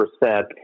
percent